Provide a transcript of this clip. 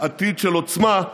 עתיד של עוצמה,